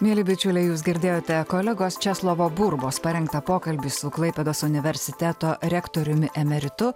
mieli bičiuliai jūs girdėjote kolegos česlovo burbos parengtą pokalbį su klaipėdos universiteto rektoriumi emeritu